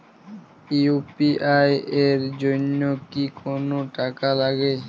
UPI এর জন্য কি কোনো টাকা লাগে?